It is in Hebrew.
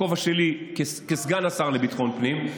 בכובע שלי כסגן השר לביטחון הפנים,